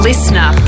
Listener